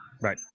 Right